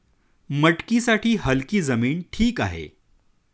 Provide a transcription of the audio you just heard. मटकीसाठी हलकी जमीन ठीक आहे